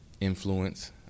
influence